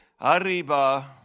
Arriba